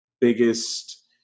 biggest